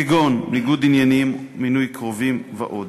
כגון ניגוד עניינים, מינוי קרובים ועוד.